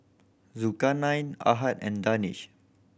Zulkarnain Ahad and Danish